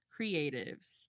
Creatives